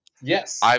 Yes